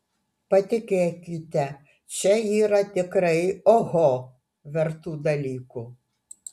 patikėkite čia yra tikrai oho vertų dalykų